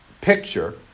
picture